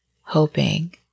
hoping